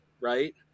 right